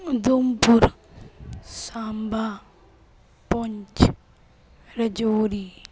Udhampur Samba Poonch Rajouri